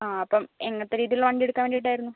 ആ അപ്പം എങ്ങനത്തെ രീതിയിലുള്ള വണ്ടി എടുക്കാൻ വേണ്ടീട്ടായിരുന്നു